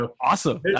Awesome